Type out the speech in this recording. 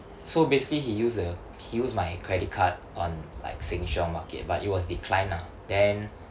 so basically he used the he used my credit card on like Sheng Siong market but it was decline lah then